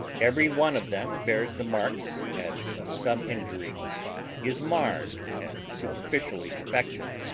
every one of them bears the marks as of some injury is marred and superficially defective.